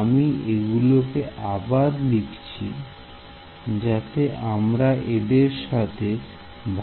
আমি এগুলোকে আবার লিখছি যাতে তোমরা এদের সাথে